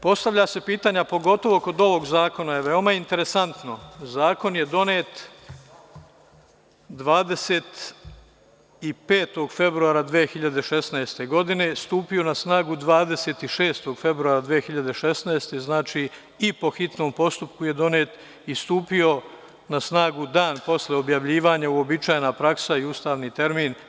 Postavljaju se pitanja, pogotovo kod ovog zakona je veoma interesantno, zakon je donet 25. februara 2016. godine, stupio na snagu 26. februara 2016. godine, donet je po hitnom postupku i stupio je na snagu dan nakon objavljivanja, uobičajena praksa i ustaljeni termin.